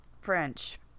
French